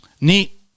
neat